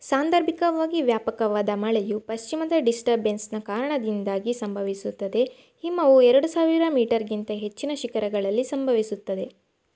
ಸಾಂದರ್ಭಿಕವಾಗಿ ವ್ಯಾಪಕವಾದ ಮಳೆಯು ಪಶ್ಚಿಮದ ಡಿಸ್ಟರ್ಬೆನ್ಸ್ನ ಕಾರಣದಿಂದಾಗಿ ಸಂಭವಿಸುತ್ತದೆ ಹಿಮವು ಎರಡು ಸಾವಿರ ಮೀಟರ್ಗಿಂತ ಹೆಚ್ಚಿನ ಶಿಖರಗಳಲ್ಲಿ ಸಂಭವಿಸುತ್ತದೆ